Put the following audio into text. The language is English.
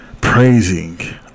praising